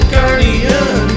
Guardian